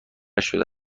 شده